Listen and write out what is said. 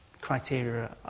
criteria